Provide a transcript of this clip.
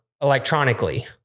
electronically